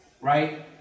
right